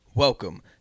Welcome